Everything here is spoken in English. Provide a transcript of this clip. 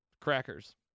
crackers